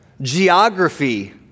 geography